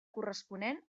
corresponent